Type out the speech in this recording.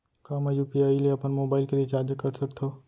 का मैं यू.पी.आई ले अपन मोबाइल के रिचार्ज कर सकथव?